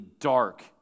dark